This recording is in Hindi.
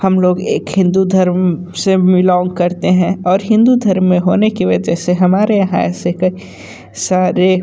हम लोग एक हिंदू धर्म से बिलोंग करते हैं और हिंदू धर्म में होने की वजह से हमारे यहाँ ऐसे कई सारे